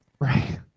Right